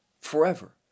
forever